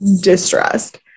Distressed